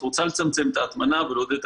את רוצה לצמצם את ההטמנה ולעודד את